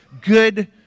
good